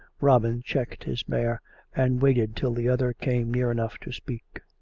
robin checked his mare and waited till the other came near enough to speak,